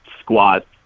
squat